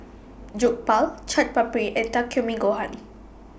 Jokbal Chaat Papri and Takikomi Gohan